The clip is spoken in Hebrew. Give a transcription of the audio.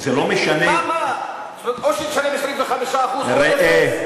זה לא משנה, למה, זאת אומרת, או שתשלם 25% ראה,